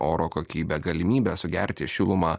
oro kokybė galimybė sugerti šilumą